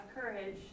courage